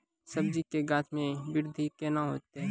सब्जी के गाछ मे बृद्धि कैना होतै?